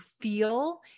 feel